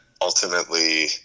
ultimately